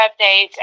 updates